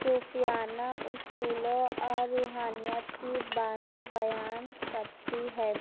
صوفیانہ اصولوں اور روحانیت کی باتیں بیان کرتی ہے